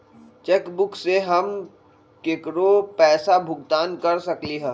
cheque book से हम केकरो पैसा भुगतान कर सकली ह